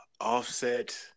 Offset